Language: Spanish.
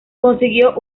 consiguió